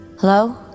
hello